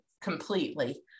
completely